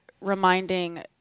reminding